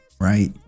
right